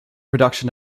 production